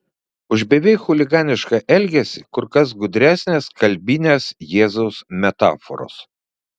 už beveik chuliganišką elgesį kur kas gudresnės kalbinės jėzaus metaforos